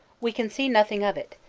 we can see nothing of it,